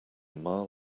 mile